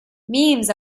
memes